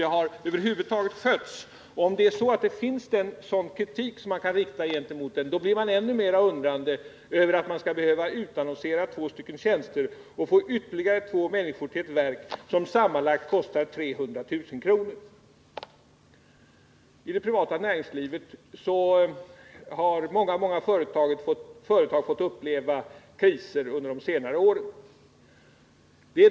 Man kan undra hur detta över huvud taget har skötts. Om det finns underlag för kritik i det avseendet, ställer man sig ännu mera undrande över varför byggnadsstyrelsen skall behöva utannonsera två tjänster och få ytterligare två människor till det här verket, vilket sammanlagt kostar 300 000 kr. I det privata näringslivet har många företag fått uppleva kriser under senare år.